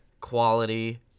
quality